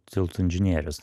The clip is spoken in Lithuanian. tiltų inžinierius